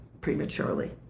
prematurely